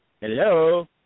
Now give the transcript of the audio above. Hello